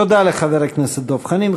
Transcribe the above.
תודה לחבר הכנסת דב חנין.